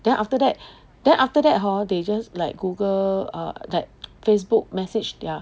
then after that then after that hor they just like Google err like Facebook message their